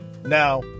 Now